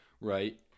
right